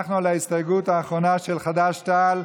אנחנו בהסתייגות האחרונה של חד"ש-תע"ל,